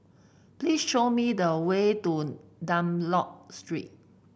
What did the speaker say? please show me the way to Dunlop Street